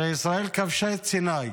הרי ישראל כבשה את סיני ב-67',